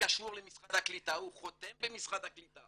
קשור למשרד הקליטה, הוא חותם במשרד הקליטה